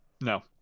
no